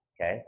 Okay